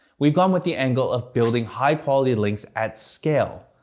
we've gone with the angle of building high-quality links at scale,